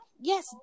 Yes